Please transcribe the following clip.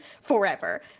forever